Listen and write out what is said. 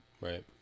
Right